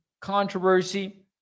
controversy